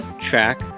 track